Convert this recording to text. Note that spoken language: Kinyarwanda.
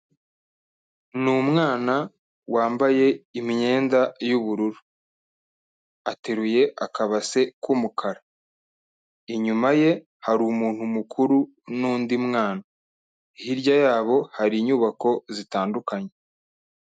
Ni umwana wambaye imyenda y'ubururu, ateruye akabase k'umukara, inyuma ye hari umuntu mukuru n'undi mwana, hirya yabo hari inyubako zitandukanye.